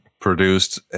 produced